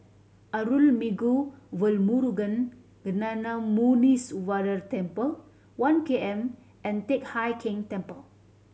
Arulmigu Velmurugan Gnanamuneeswarar Temple One K M and Teck Hai Keng Temple